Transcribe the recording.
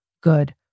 good